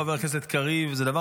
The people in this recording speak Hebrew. חבר הכנסת קריב, זה דבר